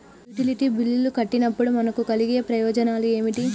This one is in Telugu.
యుటిలిటీ బిల్లులు కట్టినప్పుడు మనకు కలిగే ప్రయోజనాలు ఏమిటి?